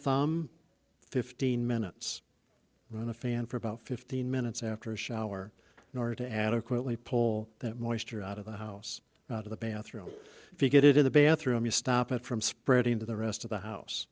thumb fifteen minutes run a fan for about fifteen minutes after shower in order to adequately pull that moisture out of the house to the bathroom if you get it in the bathroom to stop it from spreading to the rest of the house